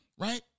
Right